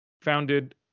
founded